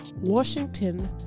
Washington